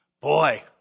boy